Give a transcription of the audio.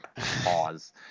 Pause